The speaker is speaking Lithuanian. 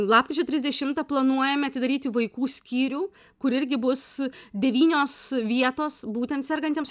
lapkričio trisdešimtą planuojame atidaryti vaikų skyrių kur irgi bus devynios vietos būtent sergantiems